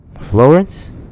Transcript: Florence